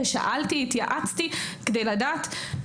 שאלתי, התייעצתי כדי לדעת.